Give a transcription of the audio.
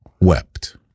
wept